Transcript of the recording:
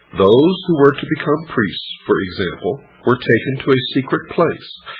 those who were to become priests, for example, were taken to a secret place,